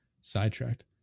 sidetracked